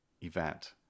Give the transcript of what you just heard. event